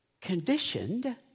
conditioned